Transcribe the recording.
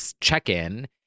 check-in